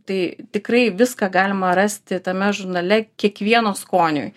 tai tikrai viską galima rasti tame žurnale kiekvieno skoniui